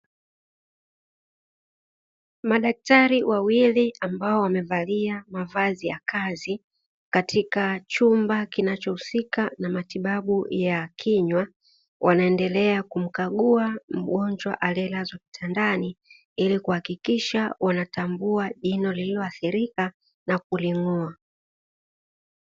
Madaktari wawili ambao wamevalia mavazi ya kazi katika chumba kinachohusika na matibabu ya kinywa, wanaendelea kumkagua mgonjwa aliyelazwa kitandani ili kuhakikisha wanatambua jino lililoathirika na kuling'oa.